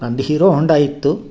ನಂದು Hero Honda ಇತ್ತು